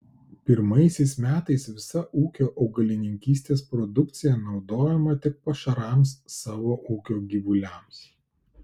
pirmaisiais metais visa ūkio augalininkystės produkcija naudojama tik pašarams savo ūkio gyvuliams